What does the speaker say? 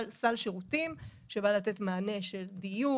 סל שירותים שבא לתת מענה בדיור,